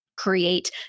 create